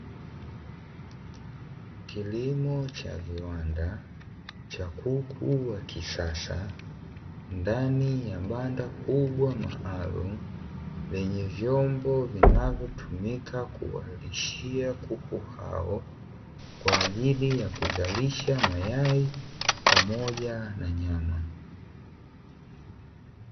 Kilimo cha viwanda cha kuku wa kisasa ndani ya banda kubwa maalumu, lenye vyombo vinavyotumika kuwalishia kuku hao kwa ajili ya kuzalisha mayai pamoja na nyama.